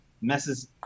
messes